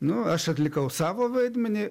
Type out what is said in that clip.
nu aš atlikau savo vaidmenį